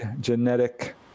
genetic